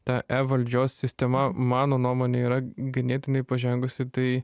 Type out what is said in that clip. ta e valdžios sistema mano nuomone yra ganėtinai pažengusi tai